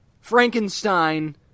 Frankenstein